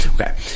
Okay